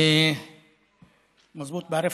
(אומר בערבית: